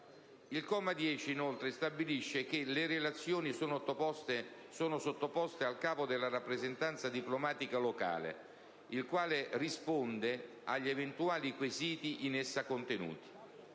Il comma 10, inoltre, stabilisce che le relazioni sono sottoposte al capo della rappresentanza diplomatica locale, il quale deve rispondere agli eventuali quesiti in essa contenuti.